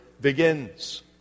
begins